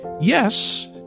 Yes